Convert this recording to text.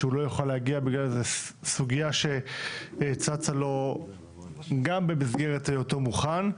שהוא לא יוכל להגיע בגלל איזו סוגיה שצצה לו גם במסגרת היותו מוכן,